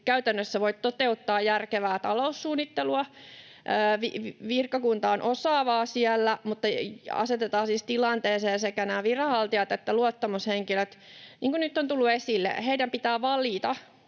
käytännössä voi toteuttaa järkevää taloussuunnittelua. Virkakunta on osaavaa siellä, mutta kuten nyt on tullut esille, sekä viranhaltijat että luottamushenkilöt asetetaan tilanteeseen, että heidän pitää valita,